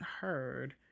heard